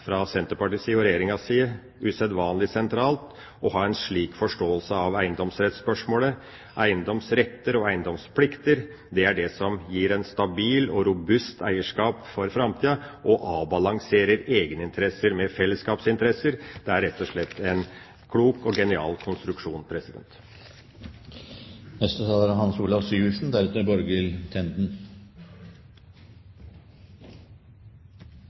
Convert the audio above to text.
fra Senterpartiets side og Regjeringas side usedvanlig sentralt å ha en slik forståelse av eiendomsrettsspørsmålet. Eiendomsretter og eiendomsplikter er det som gir et stabilt og robust eierskap for framtida og avbalanserer egeninteresser med fellesskapsinteresser. Det er rett og slett en klok og genial konstruksjon. Av egen erfaring kan jeg si at det å være medeier bidrar til engasjement. Det tror jeg det er